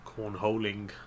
Cornholing